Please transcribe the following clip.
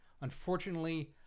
unfortunately